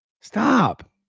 Stop